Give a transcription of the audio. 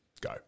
Go